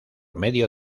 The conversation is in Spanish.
medio